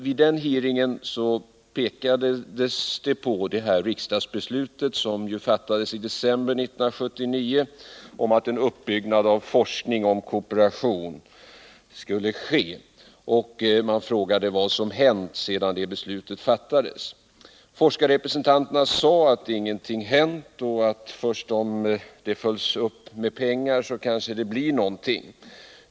Vid denna hearing pekade man på det riksdagsbeslut som fattades i december 1979 om att en uppbyggnad av forskning om kooperation skulle ske. Man frågade vad som hänt sedan det beslutet fattades. Forskarrepresentanterna sade att ingenting hade hänt och att det först om det hela följs upp med pengar kanske blir någonting.